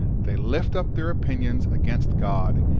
they lift up their opinions against god,